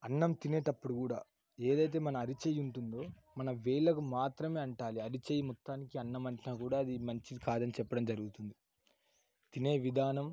అన్నం తినేటప్పుడు కూడా ఏదైతే మన అరచేయి ఉంటుందో మనం వేళ్ళకు మాత్రమే అంటారు అరి చేయి మొత్తానికి అన్నం అంటకూడదు అది మంచిది కాదు అని చెప్పడం జరుగుతుంది తినే విధానం